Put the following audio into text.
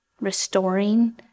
restoring